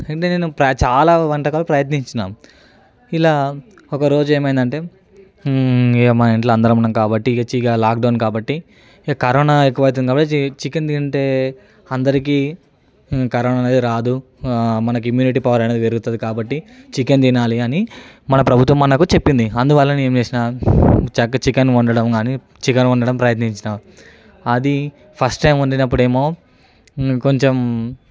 అయితే నేను చాలా వంటకాలు ప్రయత్నించినాము ఇలా ఒకరోజు ఏమైందంటే ఇక మా ఇంట్లో అందరం ఉన్నాం కాబట్టి ఇకా మంచిగా లాక్ డౌన్ కాబట్టి ఇకా కరోనా ఎక్కువ అవుతుంది కాబట్టి చికెన్ తింటే అందరికి కరోనా అనేది రాదు మనకి ఇమ్యూనిటీ పవర్ అనేది పెరుగుతుంది కాబట్టి చికెన్ తినాలి అని మన ప్రభుత్వం మనకు చెప్పింది అందువల్ల నేను ఏం చేసినా చక్కగా చికెన్ వండడం కానీ చికెన్ వండడం ప్రయత్నించిన ఆది ఫస్ట్ టైం వండినప్పుడు ఏమో కొంచెం